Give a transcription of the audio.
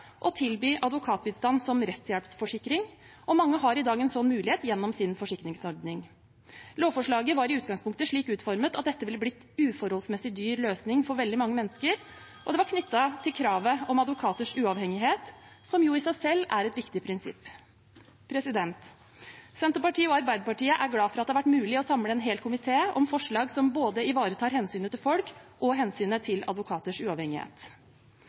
å tilby advokatbistand som rettshjelpsforsikring, og mange har i dag en slik mulighet gjennom sin forsikringsordning. Lovforslaget var i utgangspunktet slik utformet at dette ville ha blitt en uforholdsmessig dyr løsning for veldig mange mennesker, og det var knyttet til kravet om advokaters uavhengighet, som i seg selv er viktig prinsipp. Senterpartiet og Arbeiderpartiet er glad for at det har vært mulig å samle en hel komité om forslag som både ivaretar hensynet til folk og hensynet til advokaters uavhengighet.